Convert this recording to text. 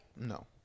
No